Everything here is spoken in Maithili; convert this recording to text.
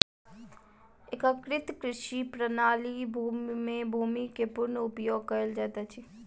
एकीकृत कृषि प्रणाली में भूमि के पूर्ण उपयोग कयल जाइत अछि